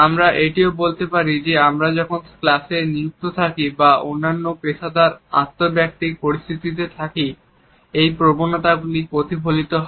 আমরা এটিও বলতে পারি যে আমরা যখন ক্লাসে নিযুক্ত থাকি বা অন্যান্য পেশাদার আন্তঃব্যক্তিক পরিস্থিতিতে থাকি এই প্রবণতাগুলি প্রতিফলিত হয়